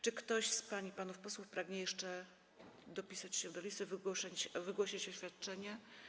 Czy ktoś z pań i panów posłów pragnie jeszcze dopisać się do listy, wygłosić oświadczenie?